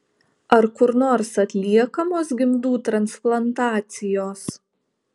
ar kur nors atliekamos gimdų transplantacijos